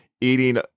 eating